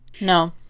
No